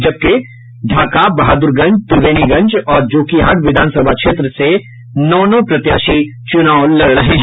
वहीं ढाका बहादुरगंज त्रिवेणीगंज और जोकीहाट विधानसभा क्षेत्र में नौ नौ प्रत्याशी चुनाव लड़ रहे हैं